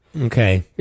Okay